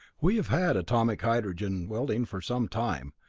we have had atomic hydrogen welding for some time,